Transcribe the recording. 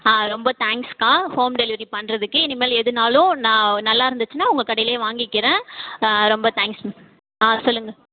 ரொம்ப தேங்க்ஸ்க்கா home delivery பண்ணுறதுக்கு இனிமேல் எதனாலும் நான் நல்லா இருந்துச்சுன்னா உங்கள் கடையிலேயே வாங்கிக்கிறேன் ரொம்ப தேங்க்ஸ் ஆ சொல்லுங்கள்